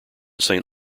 saint